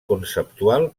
conceptual